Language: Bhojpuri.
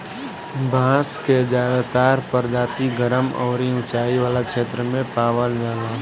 बांस के ज्यादातर प्रजाति गरम अउरी उचाई वाला क्षेत्र में पावल जाला